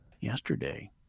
yesterday